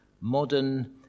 modern